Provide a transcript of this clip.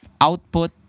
output